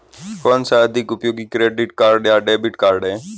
कौनसा अधिक उपयोगी क्रेडिट कार्ड या डेबिट कार्ड है?